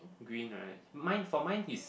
green right mine for mine it's